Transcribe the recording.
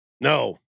no